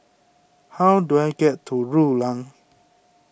how do I get to Rulang